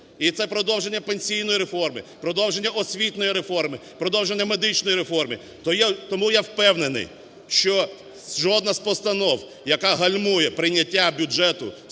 І це продовження пенсійної реформи, продовження освітньої реформи, продовження медичної реформи. Тому я впевнений, що жодна з постанов, яка гальмує прийняття бюджету